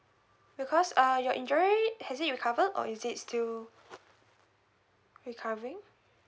because uh your injury has it recovered or is it still recovering